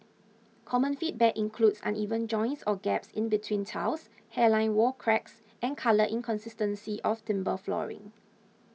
common feedback includes uneven joints or gaps in between tiles hairline wall cracks and colour inconsistency of timber flooring